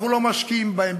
אם אנחנו לא משקיעים בהם,